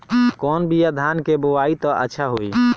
कौन बिया धान के बोआई त अच्छा होई?